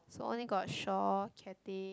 so only got Shaw Cathay